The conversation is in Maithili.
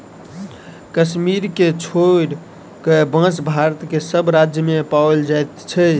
कश्मीर के छोइड़ क, बांस भारत के सभ राज्य मे पाओल जाइत अछि